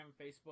Facebook